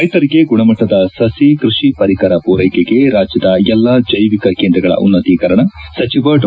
ರೈತರಿಗೆ ಗುಣಮಟ್ಟದ ಸಸಿ ಕೃಷಿ ಪರಿಕರ ಪೂರೈಕೆಗೆ ರಾಜ್ಯದ ಎಲ್ಲಾ ಜೈವಿಕ ಕೇಂದ್ರಗಳ ಉನ್ನತೀಕರಣ ಸಚಿವ ಡಾ